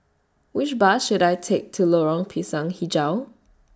Which Bus should I Take to Lorong Pisang Hijau